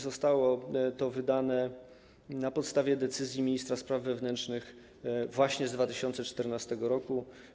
Zostało to wydane na podstawie decyzji ministra spraw wewnętrznych właśnie z 2014 r.